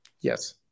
Yes